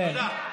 תודה.